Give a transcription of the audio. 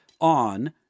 on